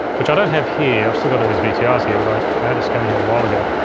which i don't have here, i've still got all these vtrs here but i i had a scanner here a while ago,